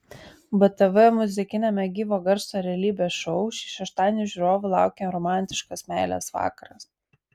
btv muzikiniame gyvo garso realybės šou šį šeštadienį žiūrovų laukia romantiškas meilės vakaras